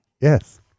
Yes